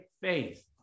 faith